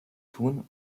tun